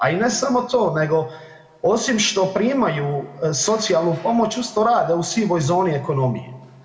A i ne samo to, nego osim što primaju socijalnu pomoć, uz to rade u sivoj zoni ekonomije.